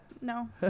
No